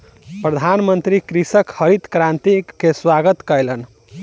प्रधानमंत्री कृषकक हरित क्रांति के स्वागत कयलैन